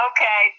Okay